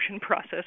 process